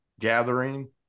gathering